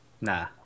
nah